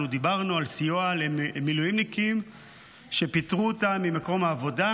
דיברנו על סיוע למילואימניקים שפיטרו אותם ממקום העבודה,